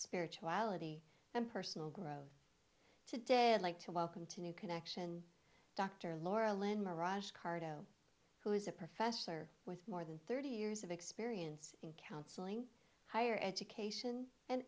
spirituality and personal growth today like to welcome to new connection dr laura lynn mirages cardo who is a professor with more than thirty years of experience in counseling higher education and